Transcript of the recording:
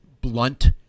blunt